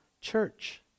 church